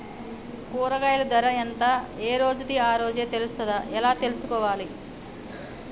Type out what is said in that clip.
కూరగాయలు ధర ఎంత ఏ రోజుది ఆ రోజే తెలుస్తదా ఎలా తెలుసుకోవాలి?